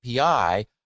API